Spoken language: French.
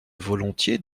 volontiers